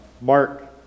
Mark